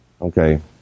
Okay